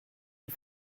die